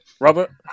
Robert